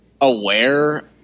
aware